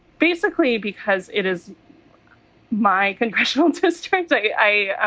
basically because it is my congressional and so district. i